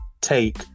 take